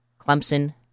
Clemson